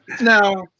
Now